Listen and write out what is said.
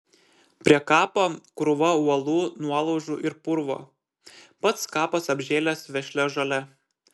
prie kapo krūva uolų nuolaužų ir purvo pats kapas apžėlęs vešlia žole